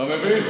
אתה מבין?